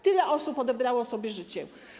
Tyle osób odebrało sobie życie.